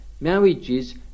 marriages